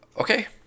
okay